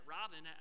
Robin